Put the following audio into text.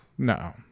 No